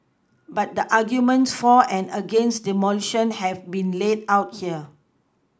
but the arguments for and against demolition have been laid out here